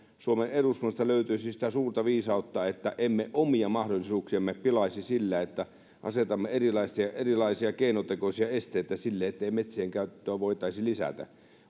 suomen eduskunnasta löytyisi sitä suurta viisautta että emme omia mahdollisuuksiamme pilaisi sillä että asetamme erilaisia erilaisia keinotekoisia esteitä sille ettei metsienkäyttöä voitaisi lisätä